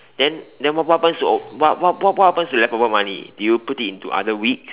then then what what happens to what what what happens to leftover money do you put it into other week